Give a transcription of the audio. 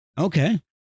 Okay